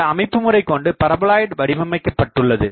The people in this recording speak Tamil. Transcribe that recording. இந்த அமைப்புமுறை கொண்டு பரபோலாய்ட் வடிவமைக்கபட்டுள்ளது